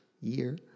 year